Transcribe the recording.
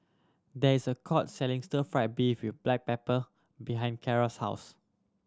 there is a court selling stir fried beef with black pepper behind Keara's house